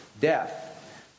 death